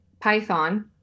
Python